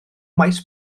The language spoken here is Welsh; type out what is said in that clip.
maes